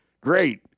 Great